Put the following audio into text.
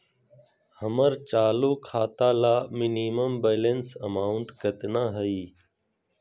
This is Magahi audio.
हमर चालू खाता ला मिनिमम बैलेंस अमाउंट केतना हइ?